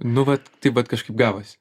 nu vat taip vat kažkaip gavosi